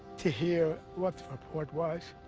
to hear what the report was.